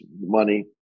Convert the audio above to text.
money